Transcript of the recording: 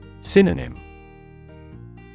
Synonym